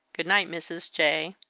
good night, mrs. j.